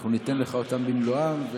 רגע, אל